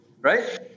Right